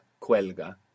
cuelga